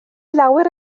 lawer